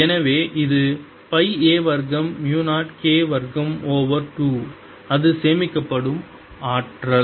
எனவே இது pi a வர்க்கம் மு 0 K வர்க்கம் ஓவர் 2 அது சேமிக்கப்படும் ஆற்றல்